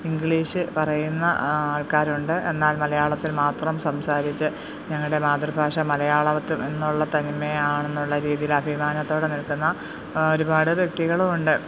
English പറയുന്ന ആൾക്കാരുണ്ട് എന്നാൽ മലയാളത്തിൽമാത്രം സംസാരിച്ച് ഞങ്ങളുടെ മാതൃഭാഷ മലയാളത്തിൽ എന്നുള്ള തനിമയാണെന്നുള്ള രീതിയിൽ അഭിമാനത്തോടെ നിൽക്കുന്ന ഒരുപാട് വ്യക്തികളുമുണ്ട്